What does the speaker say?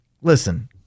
listen